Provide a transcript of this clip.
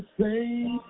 say